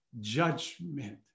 judgment